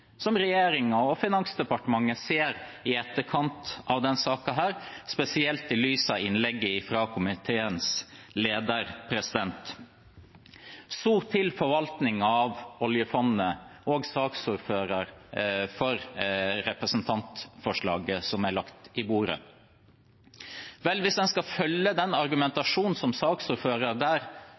og Finansdepartementet ser i etterkant av denne saken, spesielt i lys av innlegget fra komiteens leder. Så til forvaltningen av oljefondet og til saksordføreren for representantforslaget som er lagt på bordet: Hvis en skal følge den argumentasjonen som saksordføreren der følger, virker det som om det er